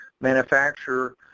manufacturer